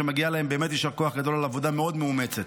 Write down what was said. שמגיע להם באמת יישר כוח גדול על עבודה מאוד מאומצת.